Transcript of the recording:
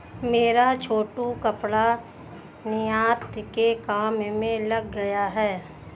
मेरा छोटू कपड़ा निर्यात के काम में लग गया है